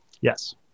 Yes